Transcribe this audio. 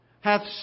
hath